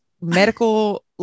medical